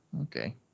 Okay